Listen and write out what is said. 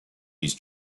his